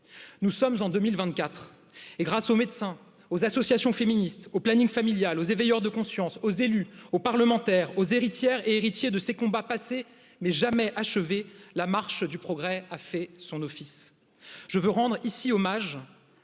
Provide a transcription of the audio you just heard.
deux mille vingt quatre grâce aux médecins aux associations féministes au planning familial aux é veilleurs de conscience aux élus aux parlementaires aux héritières et héritiers de ces combats passés mais jamais achevé la marche du progrès a fait son office je veux rendre ici hommage